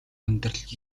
амьдрал